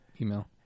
email